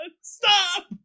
Stop